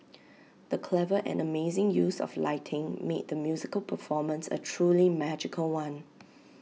the clever and amazing use of lighting made the musical performance A truly magical one